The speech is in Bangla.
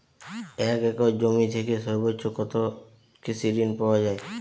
এক একর জমি থেকে সর্বোচ্চ কত কৃষিঋণ পাওয়া য়ায়?